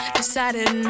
decided